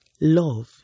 love